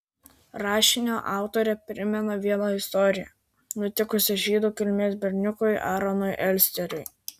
rašinio autorė primena vieną istoriją nutikusią žydų kilmės berniukui aaronui elsteriui